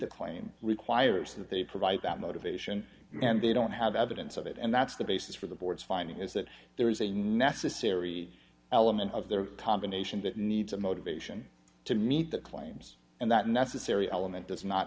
the claims requires that they provide that motivation and they don't have evidence of it and that's the basis for the board's finding is that there is a necessary element of the combination that needs a motivation to meet the claims and that necessary element does not